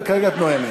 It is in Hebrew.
וכרגע את נואמת.